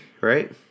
right